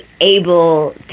able